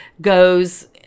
goes